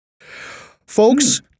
Folks